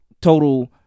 total